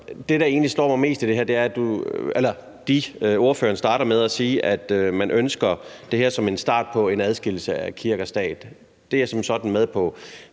Det, der egentlig slår mig mest ved det her, er, at ordføreren starter med at sige, at man ønsker det her som en start på en adskillelse af kirke og stat – det er jeg som sådan med på.